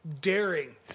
daring